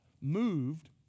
moved